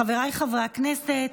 חבריי חברי הכנסת,